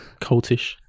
Cultish